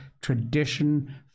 tradition